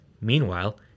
Meanwhile